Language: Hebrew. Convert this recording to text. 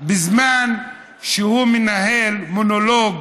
בזמן שהוא מנהל מונולוג